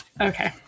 okay